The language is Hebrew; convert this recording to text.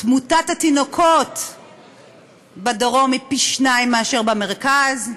תמותת התינוקות בדרום היא פי שניים מאשר במרכז,